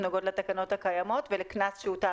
הן נוגעות לתקנות הקיימות ולקנס שהוטל